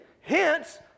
hence